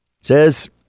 says